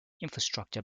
infrastructure